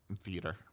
theater